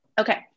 Okay